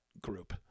group